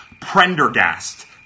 Prendergast